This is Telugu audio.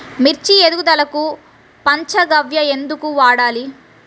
మిర్చి ఎదుగుదలకు పంచ గవ్య ఎందుకు వాడాలి?